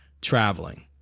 traveling